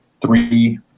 three